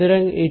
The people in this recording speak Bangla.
সুতরাং এটি